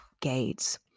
Gates